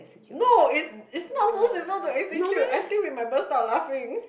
no it's it's not so simple to execute I think we might burst out laughing